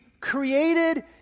created